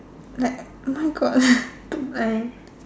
like my God two line